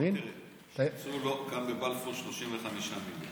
שיפצו לו כאן בבלפור ב-35 מיליון.